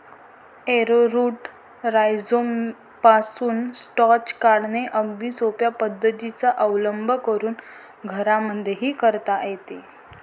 arrowroot राईझोमपासून starch काढणे अगदी सोप्या पद्धतीचा अवलंब करून घरांमध्येही करता येते